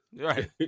right